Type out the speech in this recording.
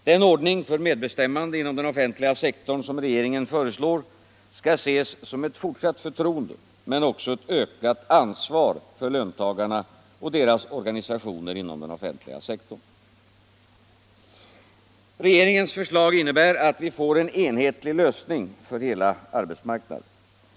Den ordning för medbestämmande inom den offentliga sektorn som regeringen föreslår skall ses som ett fortsatt förtroende men också som ett ökat ansvar för löntagarna och deras organisationer inom den offentliga sektorn. Regeringens förslag innebär att vi får en enhetlig lösning för hela arbetsmarknaden.